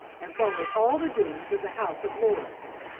and followed all the doings of the house of lords!